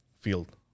field